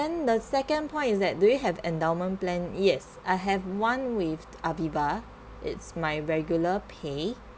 then the second point is that do you have endowment plan yes I have one with AVIVA it's my regular pay